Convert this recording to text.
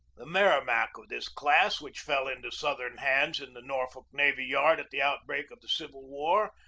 the merri mac of this class, which fell into southern hands in the norfolk navy yard at the outbreak of the civil war,